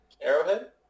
Arrowhead